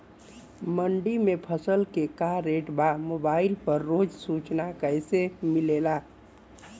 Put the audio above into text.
मंडी में फसल के का रेट बा मोबाइल पर रोज सूचना कैसे मिलेला?